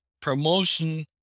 promotion